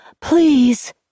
Please